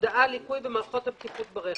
הודעה על ליקוי במערכות הבטיחות ברכב.